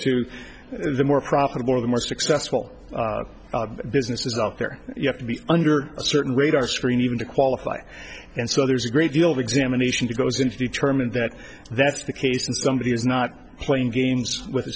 to the more profitable or the more successful businesses out there you have to be under a certain radar screen even to qualify and so there's a great deal of examination goes in to determine that that's the case and somebody is not playing games with a